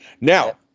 now